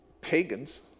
pagans